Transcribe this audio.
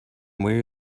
where